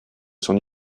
son